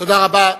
תודה רבה.